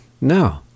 No